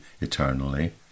eternally